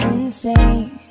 insane